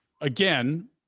again